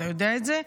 את יודע את זה.